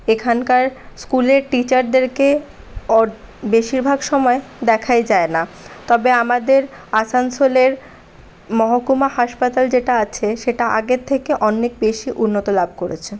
এখানকার স্কুলের টিচারদেরকে অর বেশিরভাগ সময় দেখাই যায়না তবে আমাদের আসানসোলের মহকুমা হাসপাতাল যেটা আছে সেটা আগের থেকে অনেক বেশি উন্নতি লাভ করেছে